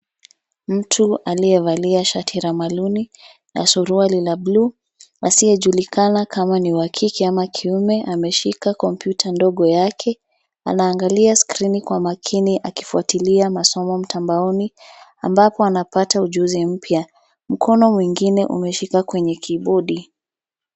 Mtu aliyevalia shati la maruni na suruali ya bluu, asiyejulikana kama ni wa kike ama kiume. Ameshika kompyuta ndogo yake, anaangalia skrini kwa makini akifuatilia masomo mtambaoni ambapo anapata ujuzi mpya. Mkono mwingine umeshika kwenye kibodi.